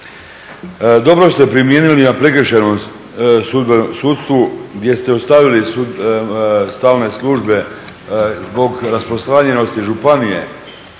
Dobro ste primijenili na prekršajnom sudstvu gdje ste ostavili stalne službe zbog rasprostranjenosti županije.